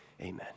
amen